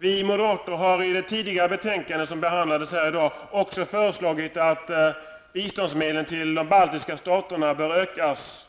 Vi moderater har i det betänkande som behandlades tidigare här i dag också föreslagit att biståndsmedlen till de baltiska staterna bör ökas